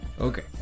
Okay